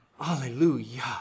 Hallelujah